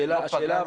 אבל השאלה,